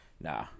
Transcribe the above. Nah